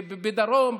בדרום,